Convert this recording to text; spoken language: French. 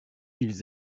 ils